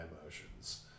emotions